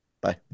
Bye